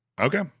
Okay